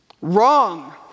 Wrong